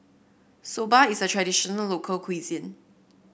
soba is a traditional local cuisine